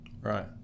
Right